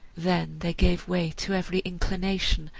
then they gave way to every inclination,